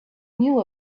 knew